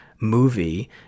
movie